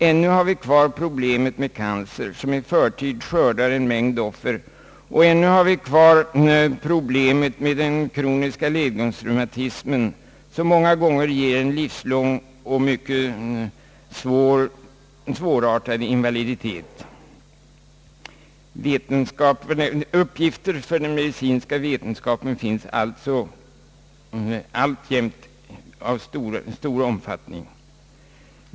Ännu har vi kvar problemet med cancer, som i förtid skördar en mängd offer, och ännu har vi kvar problemet med den kroniska ledgångsreumatismen, som många gånger ger en livslång och mycket svårartad invaliditet. Uppgifter för den medicinska vetenskapen finns således alltjämt av stor omfattning.